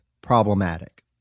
problematic